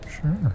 Sure